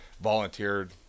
volunteered